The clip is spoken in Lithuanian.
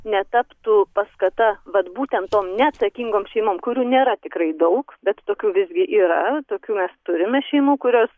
netaptų paskata vat būtent tom neatsakingom šeimom kurių nėra tikrai daug bet tokių visgi yra tokių mes turime šeimų kurios